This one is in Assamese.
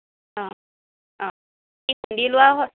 অঁ অঁ এই লোৱা